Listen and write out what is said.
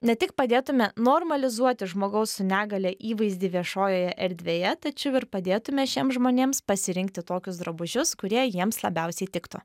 ne tik padėtume normalizuoti žmogaus su negalia įvaizdį viešojoje erdvėje tačiau ir padėtume šiem žmonėms pasirinkti tokius drabužius kurie jiems labiausiai tiktų